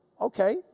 Okay